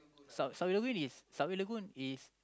sun~ Sunway-Lagoon Sunway-Lagoon is